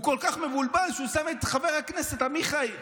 הוא כל כך מבולבל שהוא שם את חבר הכנסת עמית הלוי.